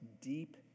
deep